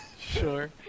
sure